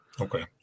Okay